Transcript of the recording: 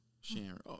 Sharon